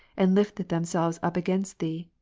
and lift themselves up against thee.